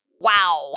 Wow